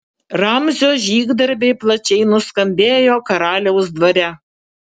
ramzio žygdarbiai plačiai nuskambėjo karaliaus dvare